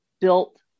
built